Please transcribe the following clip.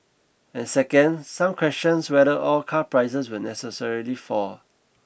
and second some questions whether all car prices will necessarily fall